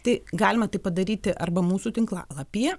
tai galima tai padaryti arba mūsų tinklalapyje